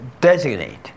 designate